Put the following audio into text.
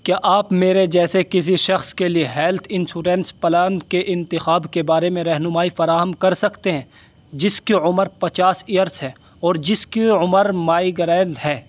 کیا آپ میرے جیسے کسی شخص کے لیے ہیلتھ انسورنس پلان کے انتخاب کے بارے میں رہنمائی فراہم کر سکتے ہیں جس کی عمر پچاس ایئرس ہے اور جس کی عمر مائگرین ہے